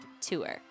tour